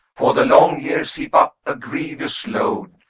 for the long years heap up a grievous load,